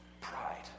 Pride